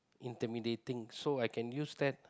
intimidating so I can use that